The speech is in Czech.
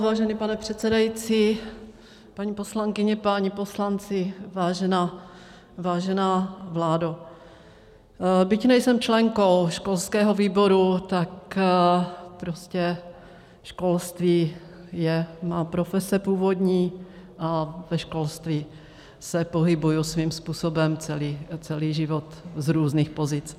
Vážený pane předsedající, paní poslankyně, páni poslanci, vážená vládo, byť nejsem členkou školského výboru, tak prostě školství je má profese původní a ve školství se pohybuji svým způsobem celý život z různých pozic.